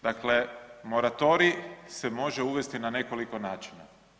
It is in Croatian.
Dakle, moratorij se može uvesti na nekoliko načina.